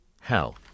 Hell